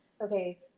okay